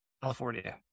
California